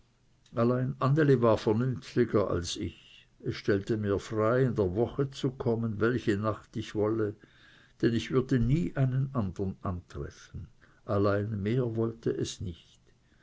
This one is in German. vernünftiger als ich es stellte mir frei in der woche zu kommen welche nacht ich wolle denn ich würde nie einen andern antreffen allein mehr wolle es nicht